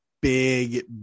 big